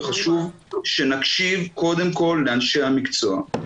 וחשוב שנקשיב קודם כול לאנשי המקצוע.